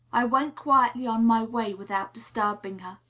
i went quietly on my way, without disturbing her